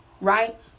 right